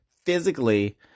Physically